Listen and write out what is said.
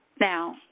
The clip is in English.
Now